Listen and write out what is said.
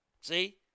See